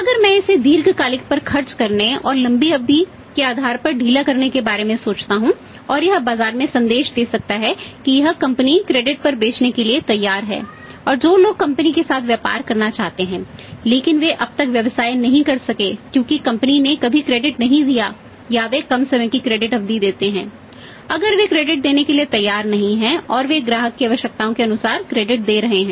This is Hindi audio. अगर मैं इसे दीर्घकालिक पर खर्च करने और लंबी अवधि के आधार पर ढीला करने के बारे में सोचता हूं और यह बाजार में संदेश दे सकता है कि यह कंपनी दे रहे हैं